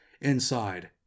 Inside